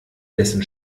dessen